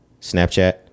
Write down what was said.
Snapchat